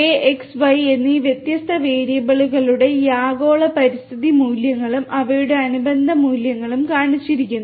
A X Y എന്നീ വ്യത്യസ്ത വേരിയബിളുകളുടെ ഈ ആഗോള പരിസ്ഥിതി മൂല്യങ്ങളും അവയുടെ അനുബന്ധ മൂല്യങ്ങളും കാണിച്ചിരിക്കുന്നു